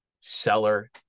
seller